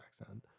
accent